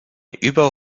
über